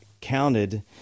counted